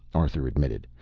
arthur admitted,